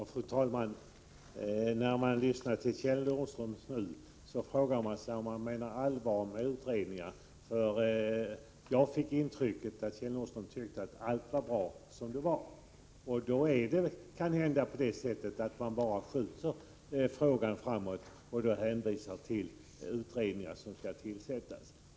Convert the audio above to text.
Fru talman! När man nu lyssnar till Kjell Nordström frågar man sig om han menar allvar med talet om utredningar. Jag fick det intrycket att Kjell Nordström tycker att allt är bra som det är. Då är det kanhända på det sättet att man bara vill skjuta frågan framåt genom att hänvisa till utredningar som skall tillsättas.